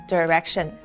Direction